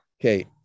Okay